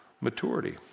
maturity